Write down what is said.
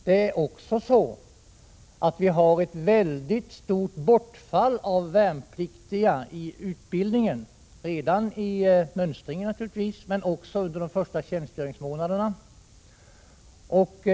Det är också så att vi har ett mycket stort bortfall av värnpliktiga i 105 utbildningen, både i mönstringen och under de första tjänstgöringsmånaderna.